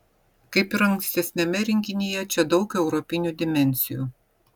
kaip ir ankstesniame rinkinyje čia daug europinių dimensijų